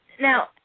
Now